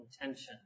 intention